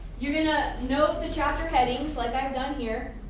you're going to note the chapter headings like i have done here.